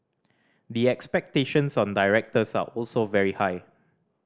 the expectations on directors are also very high